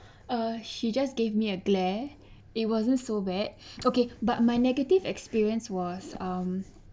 uh she just gave me a glare it wasn't so bad okay but my negative experience was um